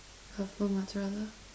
mozzarella